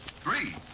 three